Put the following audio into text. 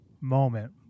moment